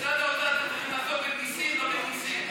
משרד האוצר צריך לעשות עוד ניסים, ולא מיסים.